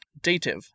Dative